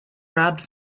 grabbed